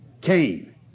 Cain